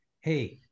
hey